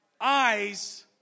Eyes